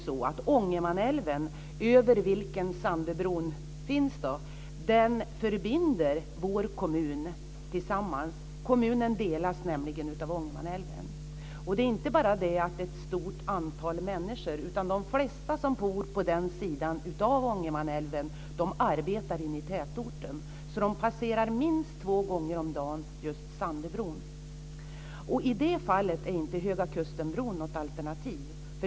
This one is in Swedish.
Sandöbron, som går över Ångermanälven, förbinder vår kommun. Den delas nämligen av Ångermanälven. Det är inte bara det att det är fråga om ett stort antal människor, utan de flesta som bor på den ena sidan av Ångermanälven arbetar inne i tätorten på den andra, så de passerar minst två gånger om dagen just Sandöbron. I det fallet är inte Höga kusten-bron något alternativ.